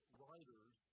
writers